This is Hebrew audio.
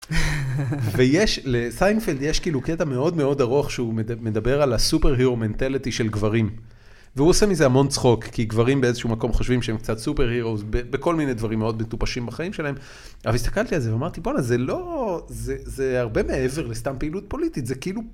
ויש, לסיינפלד יש כאילו קטע מאוד מאוד ארוך שהוא מדבר על הסופר הירו מנטליטי של גברים. והוא עושה מזה המון צחוק, כי גברים באיזשהו מקום חושבים שהם קצת סופר הירוס, בכל מיני דברים מאוד מטופשים בחיים שלהם. אבל הסתכלתי על זה ואמרתי, בואנה זה לא, זה הרבה מעבר לסתם פעילות פוליטית, זה כאילו.